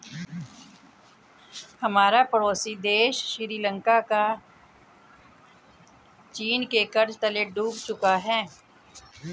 हमारा पड़ोसी देश श्रीलंका चीन के कर्ज तले डूब चुका है